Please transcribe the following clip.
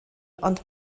ond